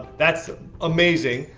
that's amazing.